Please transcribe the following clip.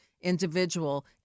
individual